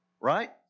right